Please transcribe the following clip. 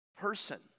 person